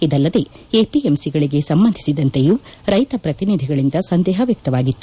ಇದಲ್ಲದೆ ಎಪಿಎಂಸಿಗಳಿಗೆ ಸಂಬಂಧಿಸಿದಂತೆಯೂ ರೈಶ ಪ್ರತಿನಿಧಿಗಳಿಂದ ಸಂದೇಹ ವ್ಯಕ್ತವಾಗಿತ್ತು